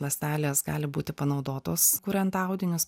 ląstelės gali būti panaudotos kuriant audinius